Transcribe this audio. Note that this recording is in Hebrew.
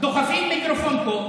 דוחפים מיקרופון פה,